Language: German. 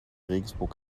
regensburg